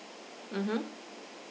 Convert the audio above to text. mmhmm